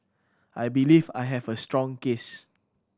I believe I have a strong case